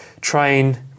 train